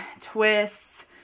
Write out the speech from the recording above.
twists